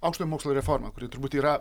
aukštojo mokslo reformą kuri turbūt yra